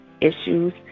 issues